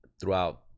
throughout